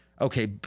Okay